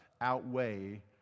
outweigh